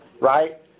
right